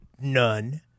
none